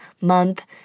month